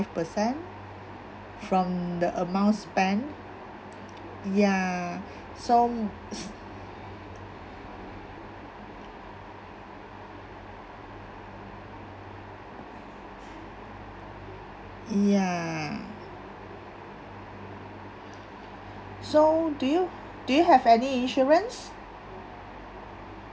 percent from the amount spent ya so ya so do you do you have any insurance